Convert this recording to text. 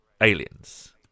aliens